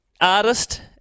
Artist